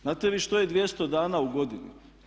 Znate vi šta je 200 dana u godini?